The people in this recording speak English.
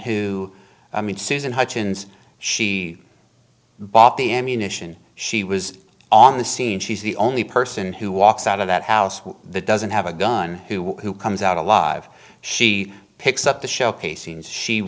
who i mean susan hutchens she bought the ammunition she was on the scene she's the only person who walks out of that house that doesn't have a gun who comes out alive she picks up the sh